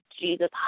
Jesus